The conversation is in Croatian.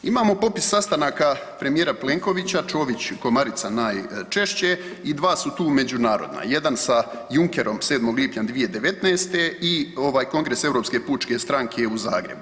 Imamo popis sastanaka premijera Plenkovića, Čović i Komarica najčešće i dva su tu međunarodna, jedan sa Junckerom 7. lipnja 2019. i ovaj kongres Europske pučke stranke u Zagrebu.